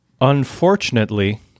Unfortunately